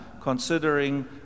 considering